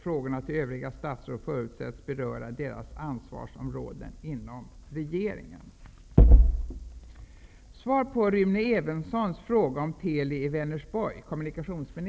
Frågorna till övriga statsråd förutsätts beröra deras ansvarsområden inom regeringen.